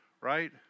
right